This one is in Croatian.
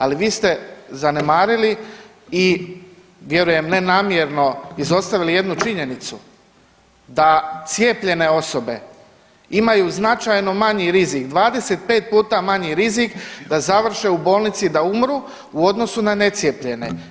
Ali vi ste zanemarili i vjerujem ne namjerno izostavili jednu činjenicu da cijepljene osobe imaju značajno manji rizik, 25 puta manji rizik da završe u bolnici i umru u odnosu na necijepljene.